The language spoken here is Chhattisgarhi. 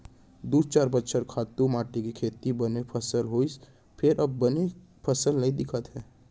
दू चार बछर खातू माटी के सेती बने फसल होइस फेर अब बने फसल नइ दिखत हे